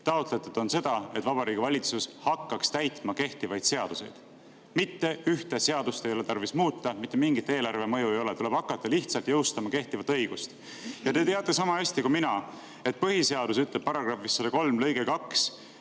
Taotletud on seda, et Vabariigi Valitsus hakkaks täitma kehtivaid seaduseid. Mitte ühtegi seadust ei ole tarvis muuta, mitte mingit eelarve mõju ei ole, tuleb hakata lihtsalt jõustama kehtivat õigust. Ja te teate sama hästi kui mina, et põhiseadus ütleb § 103 lõikes 2,